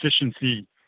efficiency